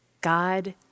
God